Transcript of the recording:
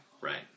right